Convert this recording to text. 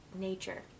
nature